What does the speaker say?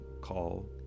call